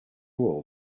all